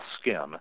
skin